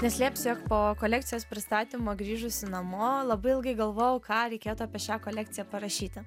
neslėpsiu jog po kolekcijos pristatymo grįžusi namo labai ilgai galvojau ką reikėtų apie šią kolekciją parašyti